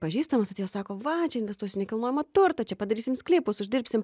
pažįstamas atėjo sako va čia investuosiu į nekilnojamą turtą čia padarysim sklypus uždirbsim